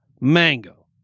mango